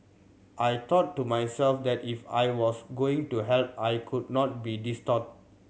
I thought to myself that if I was going to help I could not be distraught